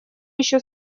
еще